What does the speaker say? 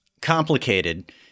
complicated